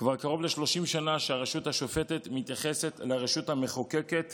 כבר קרוב ל-30 שנה הרשות השופטת מתייחסת לרשות המחוקקת